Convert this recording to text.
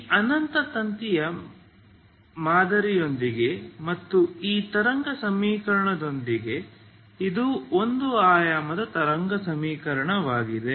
ಈ ಅನಂತ ತಂತಿಯ ಮಾದರಿಯೊಂದಿಗೆ ಮತ್ತು ಈ ತರಂಗ ಸಮೀಕರಣದೊಂದಿಗೆ ಇದು ಒಂದು ಆಯಾಮದ ತರಂಗ ಸಮೀಕರಣವಾಗಿದೆ